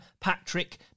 Patrick